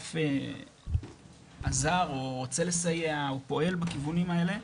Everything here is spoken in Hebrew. שהאגף עזר או רוצה לסייע או פועל בכיוונים האלה.